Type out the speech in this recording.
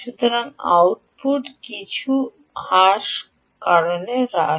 সুতরাং আউটপুট কিছু কারণে হ্রাস